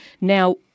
Now